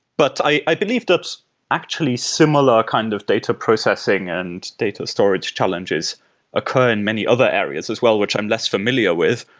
but i i believe there's actually similar kind of data processing and data storage challenges occur in many other areas as well, which i'm less familiar with.